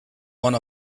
one